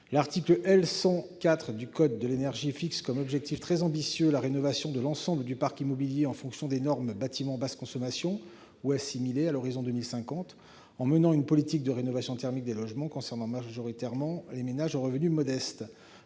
L'article L. 100-4 du code de l'énergie fixe comme objectif très ambitieux la rénovation de l'ensemble du parc immobilier selon les normes « bâtiment basse consommation » ou assimilées à l'horizon 2050, une politique de rénovation thermique des logements ciblant prioritairement les ménages aux revenus modestes.